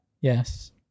Yes